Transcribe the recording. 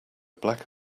black